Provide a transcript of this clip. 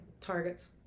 targets